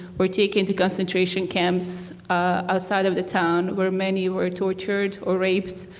were taken to concentration camps outside of the town where many were tortured or raped.